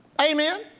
Amen